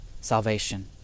salvation